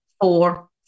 four